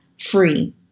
free